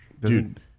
Dude